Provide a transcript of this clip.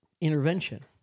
Intervention